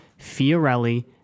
Fiorelli